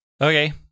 okay